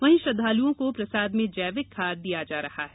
वही श्रद्धालुओं को प्रसाद में जैविक खाद दिया जा रहा है